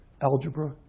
Algebra